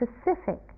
specific